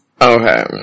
Okay